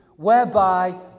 whereby